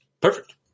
Perfect